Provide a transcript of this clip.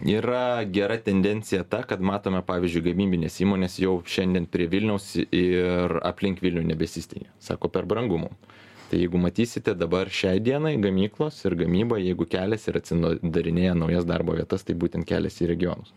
yra gera tendencija ta kad matome pavyzdžiui gamybinės įmonės jau šiandien prie vilniaus ir aplink vilnių nebesisteigia sako per brangu mum tai jeigu matysite dabar šiai dienai gamyklos ir gamyba jeigu keliasi ir atsinadarinėja naujas darbo vietas tai būtent kelias į regionus